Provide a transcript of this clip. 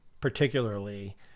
particularly